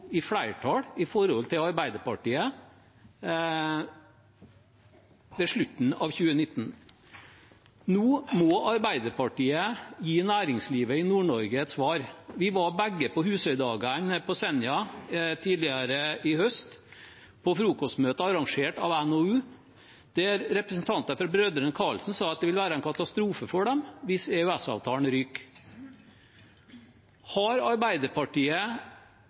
i flertall i forhold til Arbeiderpartiet ved slutten av 2019. Nå må Arbeiderpartiet gi næringslivet i Nord-Norge et svar. Vi var begge på Husøydagan på Senja tidligere i høst, på frokostmøtet arrangert av NHO, der representanter fra Brødrene Karlsen sa at det vil være en katastrofe for dem hvis EØS-avtalen ryker. Har Arbeiderpartiet